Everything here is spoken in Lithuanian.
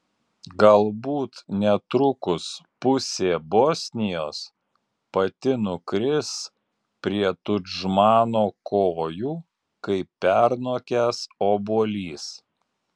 galbūt netrukus pusė bosnijos pati nukris prie tudžmano kojų kaip pernokęs obuolys